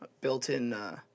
built-in